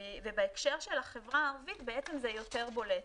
בהקשר של החברה הערבית, בעצם זה יותר בולט.